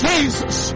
Jesus